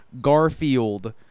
Garfield